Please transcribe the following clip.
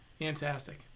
fantastic